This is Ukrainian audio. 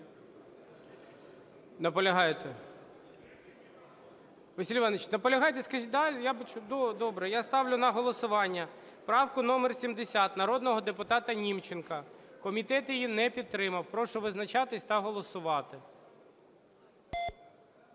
Добре. Я ставлю на голосування правку номер 70 народного депутата Нічменка. Комітет її не підтримав. Прошу визначатися та голосувати.